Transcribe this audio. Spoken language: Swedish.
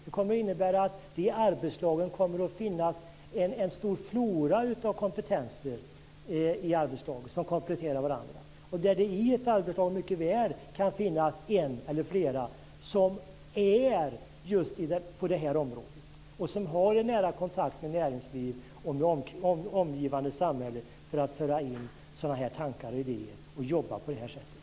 Det kommer att innebära att det i arbetslagen kommer att finnas en stor flora av kompetenser som kompletterar varandra. I ett arbetslag kan det mycket väl finnas en eller flera som är just på det här området, som har en nära kontakt med näringsliv och omgivande samhälle och som kan föra in sådana här tankar och idéer och jobba på det här sättet.